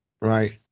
Right